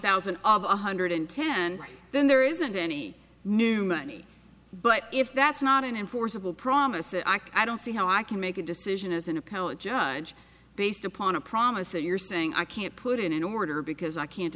thousand one hundred ten right then there isn't any new money but if that's not an enforceable promise and i can i don't see how i can make a decision as an appellate judge based upon a promise that you're saying i can't put in an order because i can't